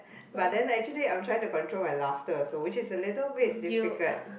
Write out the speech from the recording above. but then actually I'm trying to control my laughter so which is a little bit difficult